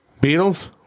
Beatles